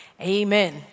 amen